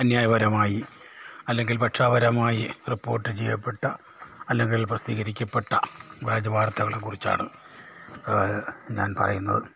അന്യായപരമായി അല്ലെങ്കിൽ പക്ഷപരമായി റിപ്പോർട്ട് ചെയ്യപ്പെട്ട അല്ലെങ്കിൽ പ്രസിദ്ധീകരിക്കപ്പെട്ട വ്യാജ വാർത്തകളെക്കുറിച്ചാണ് ഞാൻ പറയുന്നത്